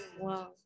Wow